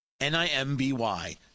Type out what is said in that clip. N-I-M-B-Y